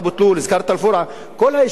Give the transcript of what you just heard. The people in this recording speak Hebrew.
כל היישובים שנמצאים בתחום אבו-בסמה.